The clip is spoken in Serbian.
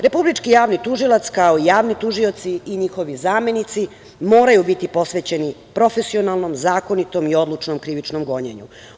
Republički javni tužilac kao javni tužioci i njihovi zamenici moraju biti posvećeni profesionalnom, zakonitom i odlučnom krivičnom gonjenju.